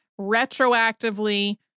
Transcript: retroactively